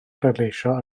pleidleisio